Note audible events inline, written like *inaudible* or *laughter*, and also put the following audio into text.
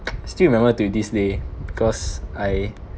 still remember to this day because I *breath*